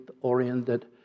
oriented